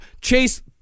Chase